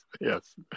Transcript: yes